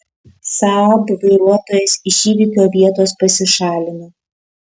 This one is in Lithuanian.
saab vairuotojas iš įvykio vietos pasišalino